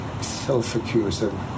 self-accusing